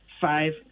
five